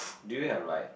do you have like